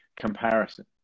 comparison